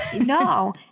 No